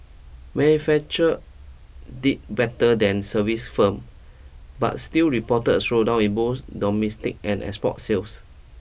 manufacturers did better than services firms but still reported a slowdown in both domestic and export sales